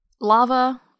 lava